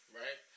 right